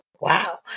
Wow